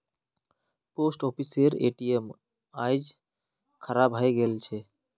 post ऑफिसेर ATM आइज खराब हइ गेल छ